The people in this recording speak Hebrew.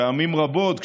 פעמים רבות,